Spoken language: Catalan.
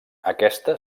aquesta